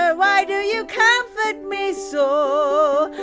ah why do you comfort me so?